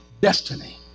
destiny